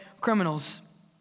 criminals